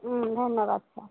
ধন্যবাদ ছাৰ